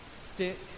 Stick